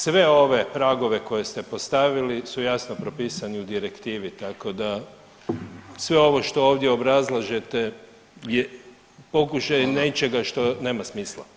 Sve ove pragove koje ste postavili su jasno propisani u direktivi tako da sve ovo što ovdje obrazlažete je pokušaj [[Upadica: Hvala.]] nečega što nema smisla.